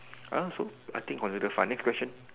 I also I think consider fun next question